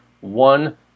one